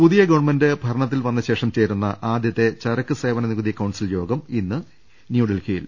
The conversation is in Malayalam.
പുതിയ ഗവൺമെന്റ് ഭരണത്തിൽ വന്ന ശേഷം ചേരുന്ന ആദ്യത്തെ ചരക്ക് സേവന നികുതി കൌൺസിൽ യോഗം ഇന്ന് ന്യൂഡൽഹിയിൽ